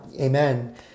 amen